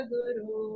Guru